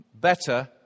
better